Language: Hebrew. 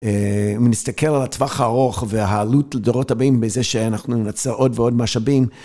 אה... אם נסתכל על הטווח הארוך, והעלות לדורות הבאים, בזה שאנחנו ננצל עוד ועוד משאבים,